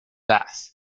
laugh